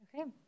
Okay